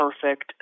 perfect